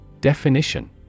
Definition